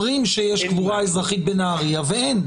אומרים שיש קבורה אזרחית בנהריה ואין.